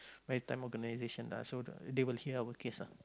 maritime organization ah so the they will hear our case ah